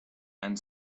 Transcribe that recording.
and